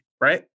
right